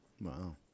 wow